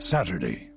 Saturday